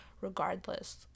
regardless